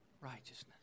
righteousness